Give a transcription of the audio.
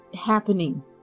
happening